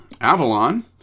Avalon